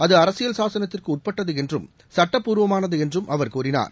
அது அரசியல் சாசனத்திற்கு உட்பட்டது என்றும் சட்டப்பூர்வமானது என்றும் அவர் கூறினார்